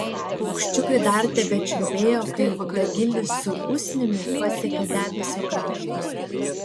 paukščiukai dar tebečiulbėjo kai dagilis su usnimi pasiekė debesio kraštą